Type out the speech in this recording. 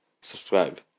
subscribe